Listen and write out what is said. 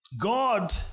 God